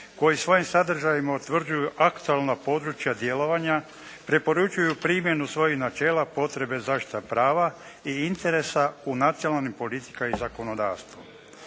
koji svojim sadržajima utvrđuju aktualna područja djelovanja, preporučuju primjenu svojih načela potrebe zaštita prava i interesa u nacionalnom i političkom zakonodavstvu.